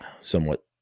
Somewhat